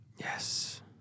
Yes